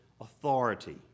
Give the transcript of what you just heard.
authority